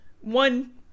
one